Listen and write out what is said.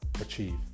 achieve